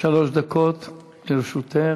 שלוש דקות לרשותך.